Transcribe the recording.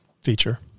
feature